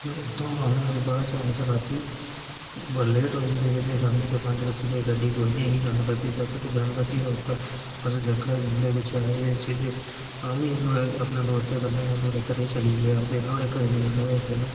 उत्थूआं आने दे बाद अस रातीं बड़े लेट होई गेदे हे शामी दे बज्जी गेदे हे गड़्ड़ी कोई नीं ही गणपति दा ते गणपति दा उप्पर जंगल गै जंगल ऐ शामी अपने दोस्तें कन्नै नुआढ़े गी चली गे ते नुआढ़े घरै ई जाने परैंत